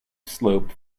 slope